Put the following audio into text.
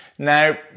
Now